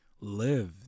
Live